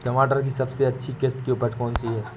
टमाटर की सबसे अच्छी किश्त की उपज कौन सी है?